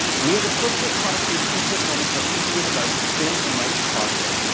we had to push this product to its peak performance while keeping the device as thin and light as possible.